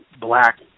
black